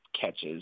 catches